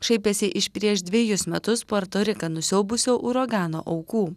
šaipėsi iš prieš dvejus metus puerto riką nusiaubusio uragano aukų